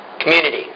Community